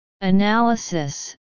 Analysis